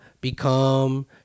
become